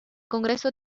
congreso